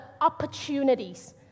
opportunities